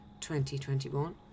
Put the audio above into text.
2021